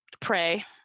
pray